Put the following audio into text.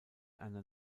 einer